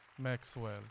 Maxwell